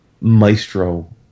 maestro